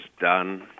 done